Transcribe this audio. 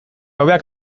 hobeak